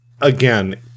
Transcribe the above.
again